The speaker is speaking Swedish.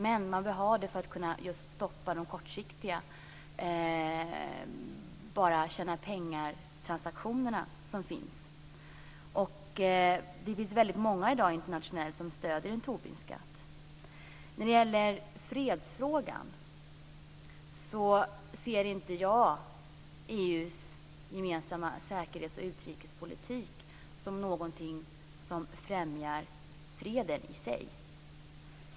Men man behöver ha det för att stoppa de kortsiktiga "bara-tjäna-pengartransaktioner" som finns. Det finns många i dag internationellt som stöder en Tobinskatt. När det gäller fredsfrågan ser inte jag EU:s gemensamma säkerhets och utrikespolitik som någonting som främjar freden i sig.